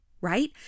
right